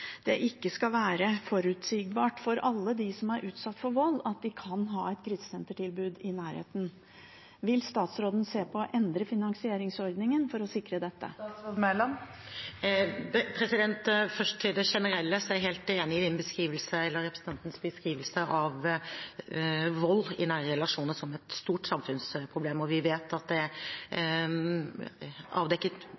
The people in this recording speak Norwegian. jo ikke være slik at det ikke skal være forutsigbart for alle dem som er utsatt for vold, at de kan ha et krisesentertilbud i nærheten. Vil statsråden se på å endre finansieringsordningen for å sikre dette? Først til det generelle: Jeg er helt enig i representantens beskrivelse av vold i nære relasjoner som et stort samfunnsproblem. Vi vet at det er